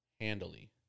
handily